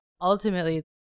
ultimately